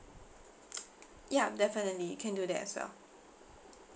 ya definitely we can do that as well